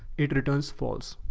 it returns false.